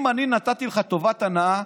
אם אני נתתי לך טובת הנאה,